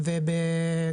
ההיי-טק.